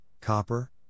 copper